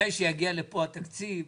מתי שיגיע לפה התקציב,